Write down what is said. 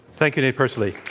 thank you, nate persily.